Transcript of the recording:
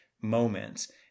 moments